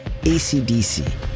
ACDC